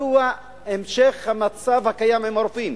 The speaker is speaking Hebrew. מדוע נמשך המצב הקיים עם הרופאים?